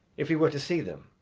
if we were to see them?